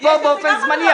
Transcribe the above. אני פה באופן זמני,